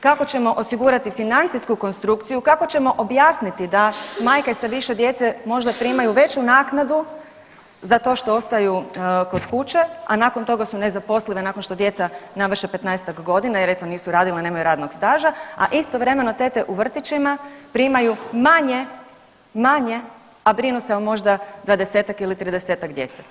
Kako ćemo osigurati financijsku konstrukciju, kako ćemo objasniti da majke sa više djece možda primaju veću naknadu za to što ostaju kod kuće, a nakon toga su nezaposlene nakon što djeca navrše 15-ak godina jer eto nisu radile, nemaju radnog staža, a istovremeno tete u vrtićima primaju manje, manje, a brinu se o možda 20 ili 30 djece.